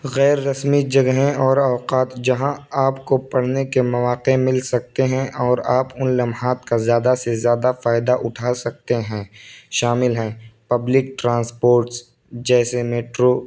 غیررسمی جگہیں اور اوقات جہاں آپ کو پرھنے کے مواقع مل سکتے ہیں اور آپ ان لمحات کا زیادہ سے زیادہ فائدہ اٹھا سکتے ہیں شامل ہیں پبلک ٹرانسپورٹس جیسے میٹرو